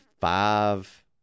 five